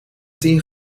tien